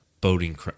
boating